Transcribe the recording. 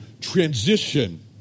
transition